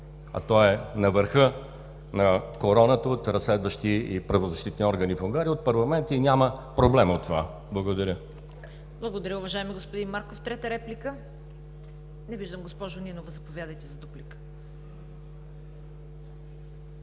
а той е на върха на короната от разследващи и правозащитни органи в Унгария от Парламент и няма проблем от това. Благодаря. ПРЕДСЕДАТЕЛ ЦВЕТА КАРАЯНЧЕВА: Благодаря, уважаеми господин Марков. Трета реплика? Не виждам. Госпожо Нинова, заповядайте за дуплика.